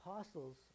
apostles